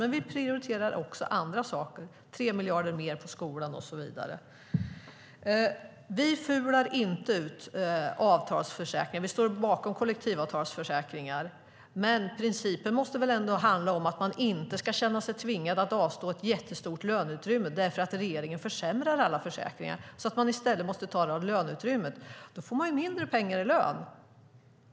Men vi prioriterar också andra saker, 3 miljarder mer på skolan och så vidare. Vi "fular inte ut" avtalsförsäkringar. Vi står bakom kollektivavtalsförsäkringar. Men principen måste väl ändå handla om att man inte ska känna sig tvingad att avstå ett jättestort löneutrymme därför att regeringen försämrar alla försäkringar, så att man i stället måste tala om löneutrymmet. Då får man ju mindre pengar i lön.